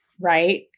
right